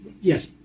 yes